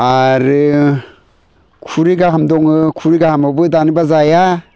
आरो खुरै गाहाम दङो खुरै गाहामावबो दानिबा जाया